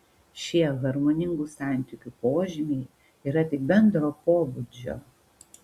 šie harmoningų santykių požymiai yra tik bendro pobūdžio